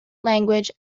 language